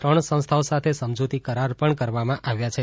ત્રણ સંસ્થાઓ સાથે સમજૂતી કરાર પણ કરવામાં આવ્યા છે